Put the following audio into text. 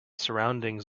surroundings